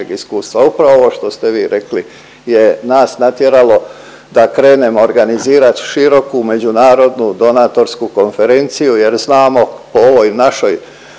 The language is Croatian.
iskustva, upravo ovo što ste vi rekli je nas natjeralo da krenemo organizirat široku međunarodnu donatorsku konferenciju jer znamo po ovoj našoj